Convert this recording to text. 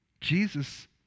Jesus